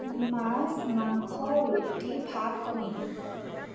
মাছ মাংস ৰুটি ভাত কণী